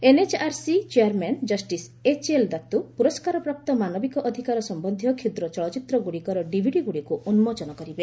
NHRC chairman justice HL Dattu ପୁରସ୍କାରପ୍ରାପ୍ତ ମାନବିକ ଅଧିକାର ସମ୍ବନ୍ଧୀୟ କ୍ଷୁଦ୍ର ଚଳଚ୍ଚିତ୍ରଗୁଡ଼ିକର ଡିଭିଡିଗୁଡ଼ିକୁ ଉନ୍ତୋଚନ କରିବେ